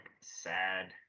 sad